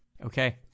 okay